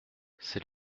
c’est